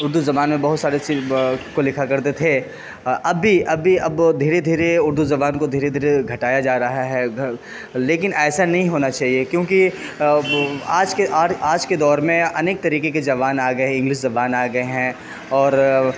اردو زبان میں بہت سارے چیز کو لکھا کرتے تھے اب بھی اب بھی اب دھیرے دھیرے اردو زبان کو دھیرے دھیرے گھٹایا جا رہا ہے لیکن ایسا نہیں ہونا چاہیے کیونکہ آج کے آج کے دور میں انیک طریقے کے زبان آ گئے انگلش زبان آ گئے ہیں اور